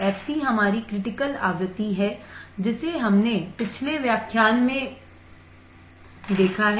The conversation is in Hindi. fc हमारी क्रिटिकल आवृत्ति है जिसे हमने पिछले व्याख्यान में देखा है